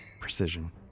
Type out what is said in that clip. Precision